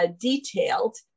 detailed